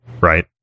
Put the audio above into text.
right